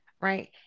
right